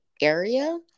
area